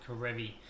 Karevi